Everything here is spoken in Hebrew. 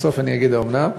בסוף אני אגיד "האומנם"